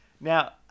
Now